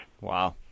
Wow